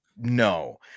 no